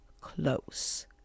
close